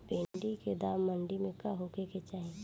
भिन्डी के दाम मंडी मे का होखे के चाही?